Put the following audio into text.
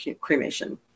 cremation